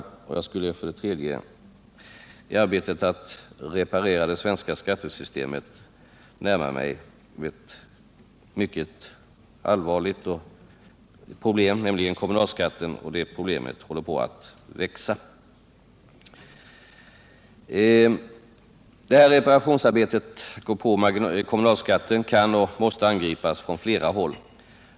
Jag skall när jag nu tar upp den tredje punkten i arbetet med att reparera det svenska skattesystemet närma mig ett mycket allvarligt problem, nämligen frågan om kommunalskatten. Det problemet håller på att växa. Reparationsarbetet på kommunalskatten kan och måste angripas från flera håll.